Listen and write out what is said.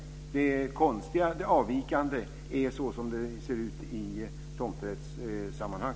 Det konstiga och avvikande är som det ser ut i tomträttssammanhang.